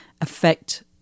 affect